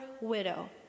widow